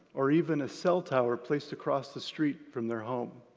or even a cell tower placed across the street from their home.